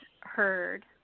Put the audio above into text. heard